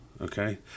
Okay